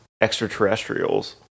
extraterrestrials